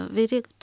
video